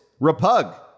Repug